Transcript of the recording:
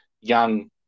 young